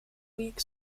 week